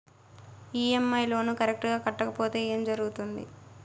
EMI loan correct గా కట్టకపోతే ఏం జరుగుతుంది